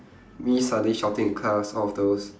me suddenly shouting in class all of those